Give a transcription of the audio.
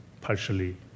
partially